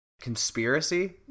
Conspiracy